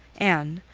and,